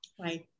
Right